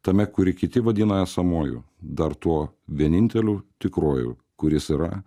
tame kurį kiti vadina esamuoju dar tuo vieninteliu tikruoju kuris yra